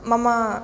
मम